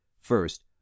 First